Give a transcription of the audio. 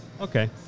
Okay